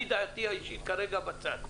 דעתי האישית היא בצד כרגע.